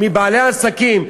מבעלי העסקים,